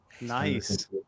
Nice